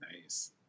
Nice